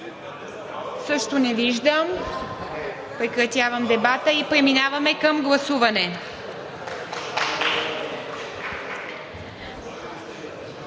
Също не виждам. Прекратявам дебата и преминаваме към гласуване.